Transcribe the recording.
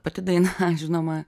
pati daina žinoma